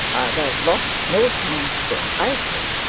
however, lost no time so idly.